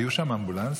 היו שם אמבולנסים?